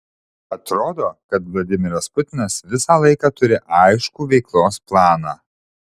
atrodo kad vladimiras putinas visą laiką turi aiškų veiklos planą